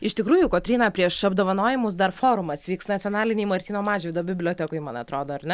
iš tikrųjų kotryna prieš apdovanojimus dar forumas vyks nacionalinėj martyno mažvydo bibliotekoj man atrodo ar ne